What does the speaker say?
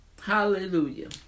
Hallelujah